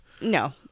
No